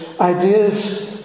ideas